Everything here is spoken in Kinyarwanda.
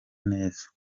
neza